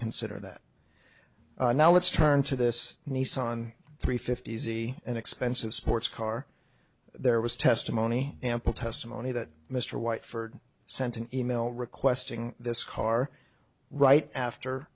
consider that now let's turn to this nissan three fifty easy and expensive sports car there was testimony ample testimony that mr whyte for sent an email requesting this car right after